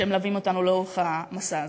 שמלווים אותנו לאורך המסע הזה.